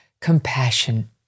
compassion